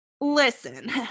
Listen